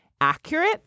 accurate